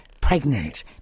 pregnant